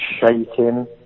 shaking